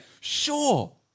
Sure